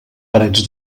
parets